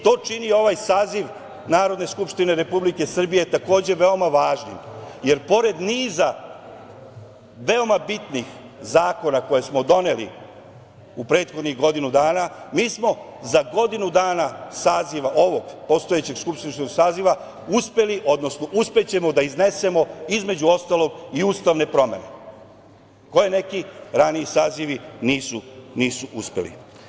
To čini ovaj saziv Narodne skupštine Republike Srbije takođe veoma važnim, jer pored niza veoma bitnih zakona koje smo doneli u prethodnih godinu dana, mi smo za godinu dana saziva, ovog, postojećeg skupštinskog saziva uspeli, odnosno uspećemo da iznesemo između ostalog i ustavne promene, koje neki raniji sazivi nisu uspeli.